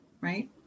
right